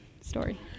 story